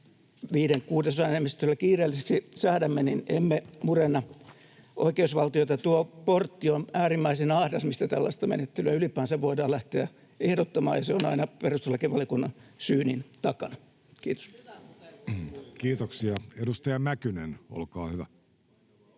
viiden kuudesosan enemmistöllä kiireelliseksi säädämme, niin emme murenna oikeusvaltiota. Tuo portti on äärimmäisen ahdas, mistä tällaista menettelyä ylipäänsä voidaan lähteä ehdottamaan, ja se on aina perustuslakivaliokunnan syynin takana. — Kiitos. [Eduskunnasta: Hyvä